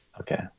Okay